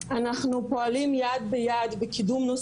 ואנחנו רואים את כל הקטסטרופה שנהיית,